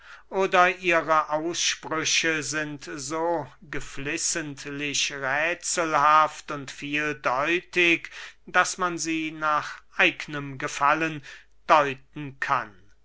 oder ihre aussprüche sind so geflissentlich räthselhaft und vieldeutig daß man sie nach eignem gefallen deuten kann